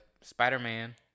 Spider-Man